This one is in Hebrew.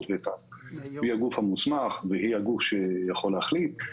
והיא הגוף המוסמך והיא הגוף שיכול להחליט.